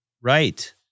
Right